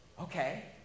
Okay